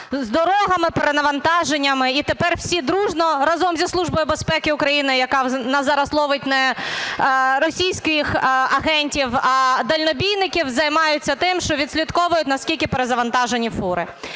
з дорогами, перевантаженнями. І тепер всі дружно разом зі Службою безпеки України, яка у нас зараз ловить не російських агентів, а далекобійників, займаються тим, що відслідковують, наскільки перезавантаженні фури.